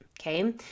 Okay